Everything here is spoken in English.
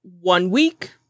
one-week